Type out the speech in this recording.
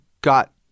got